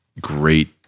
great